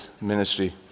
ministry